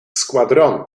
squadron